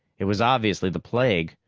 it was obviously the plague,